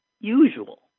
usual